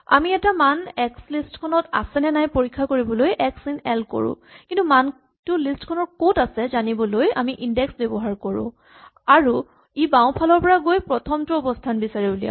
আমি এটা মান এক্স লিষ্ট খনত আছে নে নাই পৰীক্ষা কৰিবলৈ এক্স ইন এল কৰোঁ কিন্তু মানটো লিষ্ট খনৰ ক'ত আছে জানিবলৈ আমি ইনডেক্স ব্যৱহাৰ কৰোঁ আৰু ই বাওঁফালৰ পৰা গৈ প্ৰথমটো অৱস্হান বিচাৰি উলিয়াব